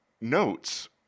notes